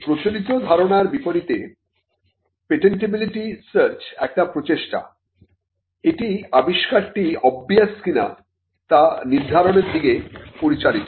প্রচলিত ধারণার বিপরীতে পেটেন্টিবিলিটি সার্চ একটি প্রচেষ্টা এটি আবিষ্কারটি অভবিয়াস কিনা তা নির্ধারণের দিকে পরিচালিত